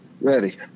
ready